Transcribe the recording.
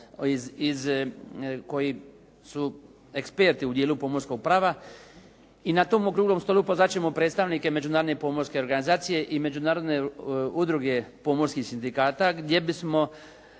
koji su eksperti u dijelu pomorskog prava. I na tom okruglom stolu pozvat ćemo predstavnike Međunarodne pomorske organizacije i Međunarodne udruge pomorskih sindikata gdje bismo